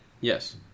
Yes